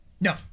No